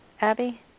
Abby